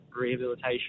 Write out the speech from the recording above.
rehabilitation